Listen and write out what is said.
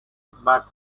but